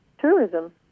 tourism